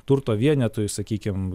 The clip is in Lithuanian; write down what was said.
turto vienetui sakykim